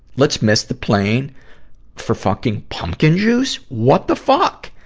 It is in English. let's miss the plane for fucking pumpkin juice? what the fuck!